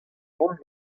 vont